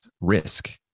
risk